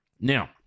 Now